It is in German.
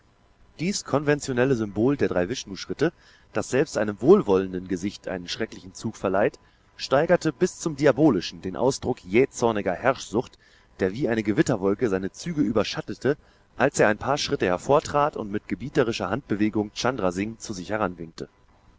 dies konventionelle symbol der drei vishnuschritte das selbst einem wohlwollenden gesicht einen schrecklichen zug verleiht steigerte bis zum diabolischen den ausdruck jähzorniger herrschsucht der wie eine gewitterwolke seine züge überschattete als er ein paar schritte hervortrat und mit gebieterischer handbewegung chandra singh zu sich